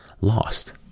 lost